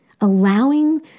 Allowing